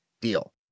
deal